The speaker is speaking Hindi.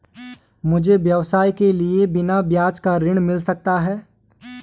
मुझे व्यवसाय के लिए बिना ब्याज का ऋण मिल सकता है?